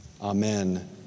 amen